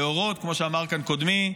כמו שאמר כאן קודמי,